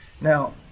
Now